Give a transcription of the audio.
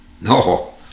No